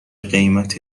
قیمت